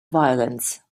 violence